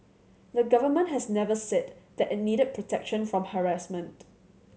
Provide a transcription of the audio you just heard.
the government has never said that it needed protection from harassment